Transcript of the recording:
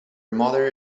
mother